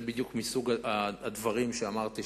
זה בדיוק מסוג הדברים שאמרתי,